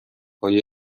های